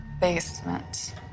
basement